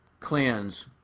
cleanse